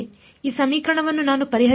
ಈ ಸಮೀಕರಣವನ್ನು ನಾನು ಪರಿಹರಿಸಬಹುದೇ